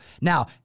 Now